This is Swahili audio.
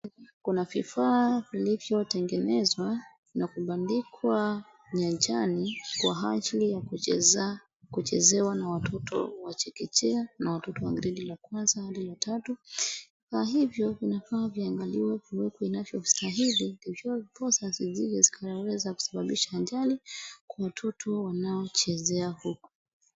Kuna vifaa vilivyo tengenezwa na kubandikwa nyanjani kwa ajili ya kuchezewa na watotowa chekechea na watoto wa gredi la kwanza hadi la tatu kwa hivyo vinafaa viangaliwe vinavyostahili ndiposa vinaweza kusababisha ajali kwa watoto wanaochezea huku.